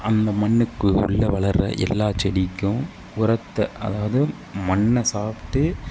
அந்த மண்ணுக்கு உள்ளே வளர்கிற எல்லா செடிக்கும் உரத்தை அதாவது மண்ணை சாப்பிட்டு